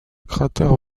cratère